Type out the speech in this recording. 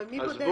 אבל מי בודק?